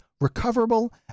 recoverable